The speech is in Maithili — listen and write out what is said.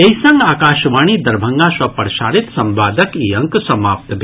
एहि संग आकाशवाणी दरभंगा सँ प्रसारित संवादक ई अंक समाप्त भेल